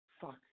Fuck